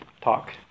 talk